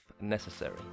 necessary